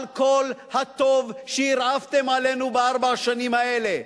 על כל הטוב שהרעפתם עלינו בארבע השנים האלה.